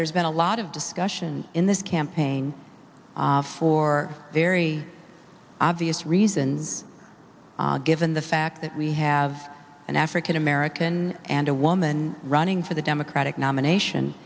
there's been a lot of discussion in this campaign for very obvious reasons given the fact that we have an african american and a woman running for the democratic nomination